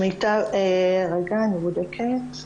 רגע, אני בודקת.